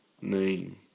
name